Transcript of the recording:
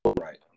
Right